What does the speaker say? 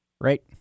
right